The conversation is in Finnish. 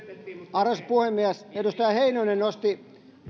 arvoisa puhemies edustaja heinonen nosti